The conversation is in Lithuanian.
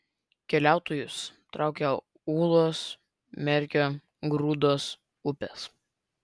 keliautojus traukia ūlos merkio grūdos upės